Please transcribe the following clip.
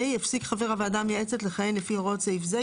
(ה) הפסיק חבר הוועדה המייעצת לכהן לפי הוראות סעיף זה,